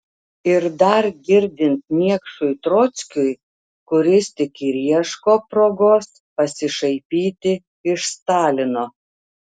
ir dar girdint niekšui trockiui kuris tik ir ieško progos pasišaipyti iš stalino